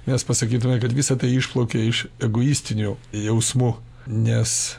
mes pasakytume kad visa tai išplaukė iš egoistinių jausmų nes